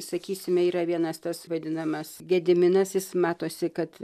sakysime yra vienas tas vadinamas gediminas jis matosi kad